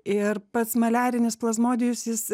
ir pats maliarinis plazmodijus jis